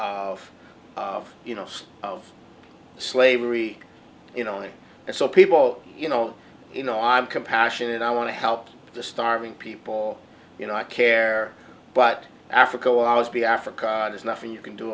of you know of slavery you know and so people you know you know i'm compassionate i want to help the starving people you know i care but africa will always be africa there's nothing you can do